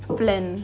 plan